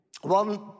One